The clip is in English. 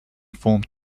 formed